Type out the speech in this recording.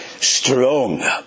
strong